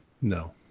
no